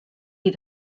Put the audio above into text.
des